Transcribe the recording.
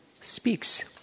speaks